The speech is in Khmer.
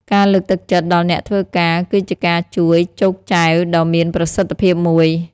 ការលើកទឹកចិត្តដល់អ្នកធ្វើការ គឺជាការជួយ «ចូកចែវ» ដ៏មានប្រសិទ្ធភាពមួយ។